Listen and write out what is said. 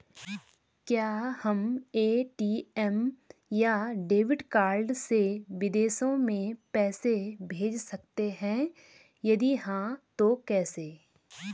क्या हम ए.टी.एम या डेबिट कार्ड से विदेशों में पैसे भेज सकते हैं यदि हाँ तो कैसे?